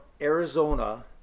Arizona